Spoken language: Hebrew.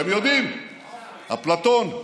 אתם יודעים: אפלטון.